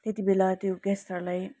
त्यति बेला त्यो गेस्टहरूलाई